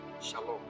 Shalom